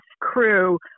crew